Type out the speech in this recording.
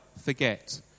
forget